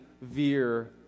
veer